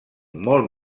molt